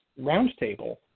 roundtable